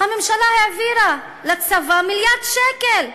הממשלה העבירה לצבא מיליארד שקל,